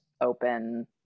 open